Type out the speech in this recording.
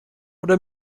oder